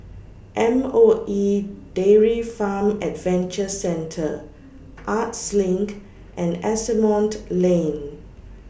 M O E Dairy Farm Adventure Centre Arts LINK and Asimont Lane